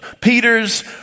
Peter's